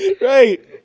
Right